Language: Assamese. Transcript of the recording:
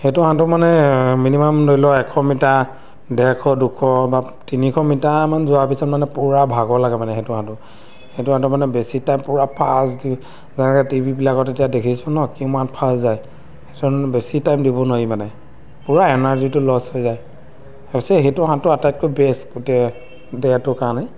সেইটো সাঁতোৰ মানে মিনিমাম লৈ লওক এশ মিটাৰ ডেৰশ দুশ বা তিনিশ মিটাৰমান যোৱাৰ পিছত মানে পূৰা ভাগৰ লাগে মানে সেইটো সাঁতোৰ সেইটো সাঁতোৰ মানে বেছি টাইম পূৰা ফাষ্ট যেনেকৈ টি ভিবিলাকত এতিয়া দেখিছোঁ ন কিমান ফাষ্ট যায় সেইটো বেছি টাইম দিব নোৱাৰি মানে পূৰা এনাৰ্জিটো লছ হৈ যায় অৱশ্যে সেইটো সাঁতোৰ আটাইতকৈ বেষ্ট গোটেই দেহটোৰ কাৰণে